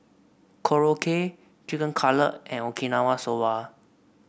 Korokke Chicken Cutlet and Okinawa Soba